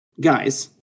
Guys